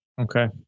Okay